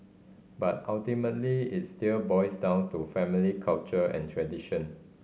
but ultimately it still boils down to family culture and tradition